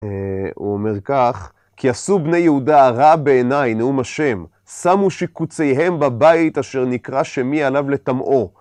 הוא אומר כך, כי עשו בני יהודה הרע בעיני נאום ה', שמו שיקוציהם בבית אשר נקרא שמי עליו לטמאו.